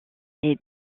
est